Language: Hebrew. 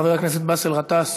חבר הכנסת באסל גטאס,